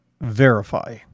verify